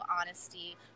honesty